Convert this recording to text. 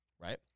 Right